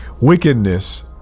wickedness